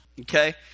Okay